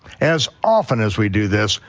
as often as we do this,